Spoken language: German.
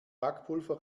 backpulver